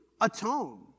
atone